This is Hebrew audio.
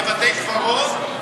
בבתי-קברות,